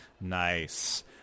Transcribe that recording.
Nice